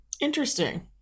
interesting